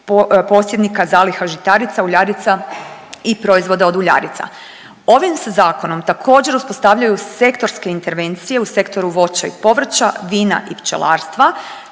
posjednika zaliha žitarica, uljarica i proizvoda od uljarica. Ovim se zakonom također uspostavljaju sektorske intervencije u sektoru voća i povrća, vina i pčelarstva